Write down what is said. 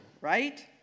Right